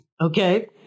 Okay